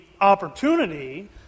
opportunity